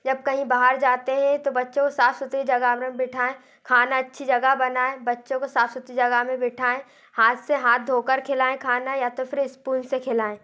जब कहीं बाहर जाते हैं तो बच्चों साफ़ सुथरी जगह मे बिठाएं खाना अच्छी जगह बनाएं बच्चों को साफ़ सुथरी जगह मे बिठाएं हाथ से हाथ धो कर खियाएं खाना या तो फिर स्पून से खिलाए